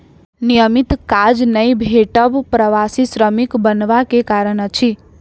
नियमित काज नै भेटब प्रवासी श्रमिक बनबा के कारण अछि